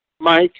Mike